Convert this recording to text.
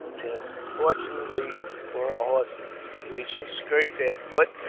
tim, fortunately for our horses. we shall skirt their foot,